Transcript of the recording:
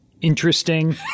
interesting